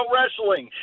Wrestling